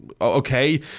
okay